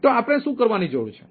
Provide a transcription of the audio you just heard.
તો આપણે શું કરવાની જરૂર છે